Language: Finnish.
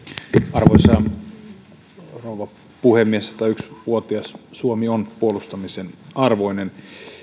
arvoisa rouva puhemies satayksi vuotias suomi on puolustamisen arvoinen